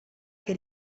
che